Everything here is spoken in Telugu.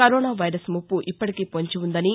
కరోనా వైరస్ ముప్పు ఇప్పటికీ పొంచి ఉందని